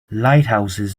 lighthouses